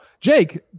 Jake